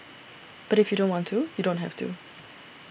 but if you don't want to you don't have to